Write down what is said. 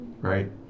right